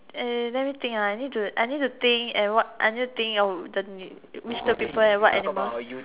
uh let me think lah I need to I need to think and what I need to think of what which two people and what animal